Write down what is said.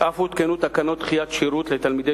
אף הותקנו תקנות דחיית שירות לתלמידי